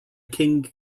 king